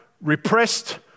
repressed